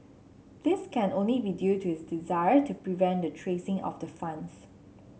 this can only be due to his desire to prevent the tracing of the funds